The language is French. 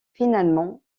finalement